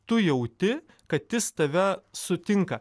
tu jauti kad jis tave sutinka